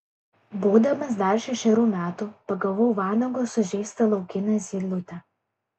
būdamas dar šešerių metų pagavau vanago sužeistą laukinę zylutę